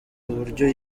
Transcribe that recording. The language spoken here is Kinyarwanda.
uburyo